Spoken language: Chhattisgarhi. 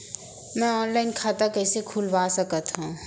मैं ऑनलाइन खाता कइसे खुलवा सकत हव?